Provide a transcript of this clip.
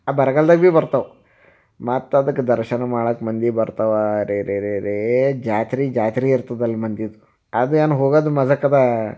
ಆ ಬರಗಾಲ್ದಾಗ ಭೀ ಬರ್ತಾವೆ ಮತ್ತು ಅದಕ್ಕೆ ದರ್ಶನ ಮಾಡೋಕ್ಕೆ ಮಂದಿ ಬರ್ತಾವ ರೆರೆರೆರೆ ಜಾತ್ರೆ ಜಾತ್ರೆ ಇರ್ತದೆ ಅಲ್ಲಿ ಮಂದಿದು ಅದು ಏನು ಹೋಗೋದು ಮಜಾಕ್ಕಿದೆ